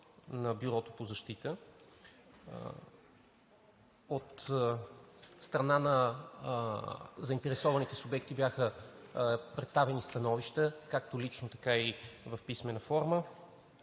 на Бюрото по защита. От страна на заинтересованите субекти бяха представени становища както лично, така и в писмена форма.